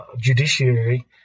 judiciary